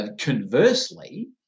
Conversely